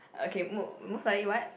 okay mo~ most likely what